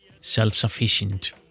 self-sufficient